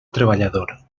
treballador